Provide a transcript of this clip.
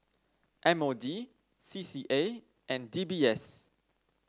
M O D C C A and D B S